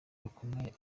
bakomeye